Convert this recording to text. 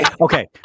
Okay